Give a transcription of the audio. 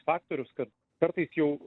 faktorius kad kartais jau